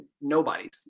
nobody's